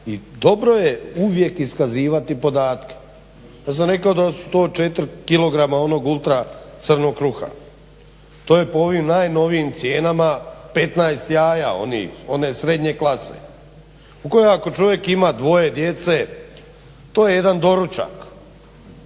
dobro je uvijek iskazivati podatke. Ja sam rekao da su to 4 kilograma onog ultra crnog kruha, to je po ovim najnovijim cijenama 15 jaja one srednje klase, u koje ako čovjek ima dvoje djece to je jedan doručak,